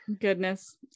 goodness